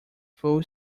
full